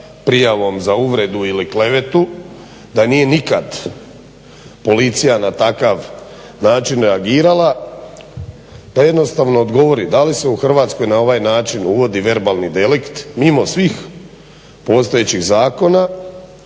prijavom za uvredu ili klevetu, da nije nikad Policija na takav način reagirala, da jednostavno odgovori da li se u Hrvatskoj na ovaj način uvodi verbalni delikt mimo svih postojećih zakona